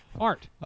Art